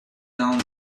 down